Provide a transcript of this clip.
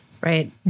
Right